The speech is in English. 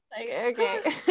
Okay